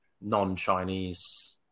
non-chinese